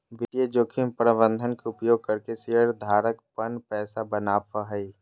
वित्तीय जोखिम प्रबंधन के उपयोग करके शेयर धारक पन पैसा बनावय हय